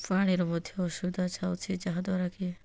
ପାଣିର ମଧ୍ୟ ଅସୁବିଧା ଯାଉଛି ଯାହା ଦ୍ୱାରାକି